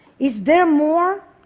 is there more?